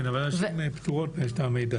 כן, אבל נשים פטורות מטעמי דת.